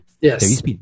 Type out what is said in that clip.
Yes